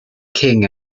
king